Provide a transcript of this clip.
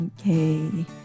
Okay